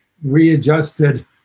readjusted